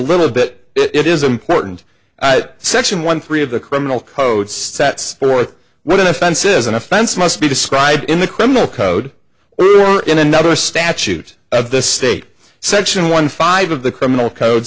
little bit it is important section one three of the criminal code sets forth with an offense is an offense must be described in the criminal code or in another statute of the state section one five of the criminal code